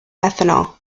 ethanol